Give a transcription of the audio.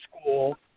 school